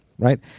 Right